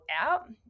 out